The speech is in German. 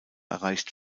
erreicht